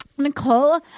Nicole